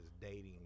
dating